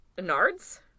nards